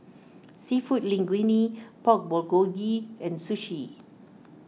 Seafood Linguine Pork Bulgogi and Sushi